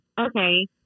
Okay